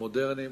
המודרניים,